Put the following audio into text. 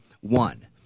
one